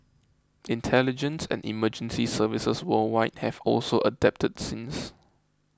intelligence and emergency services worldwide have also adapted since